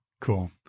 Cool